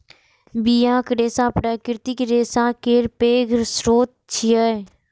बियाक रेशा प्राकृतिक रेशा केर पैघ स्रोत छियै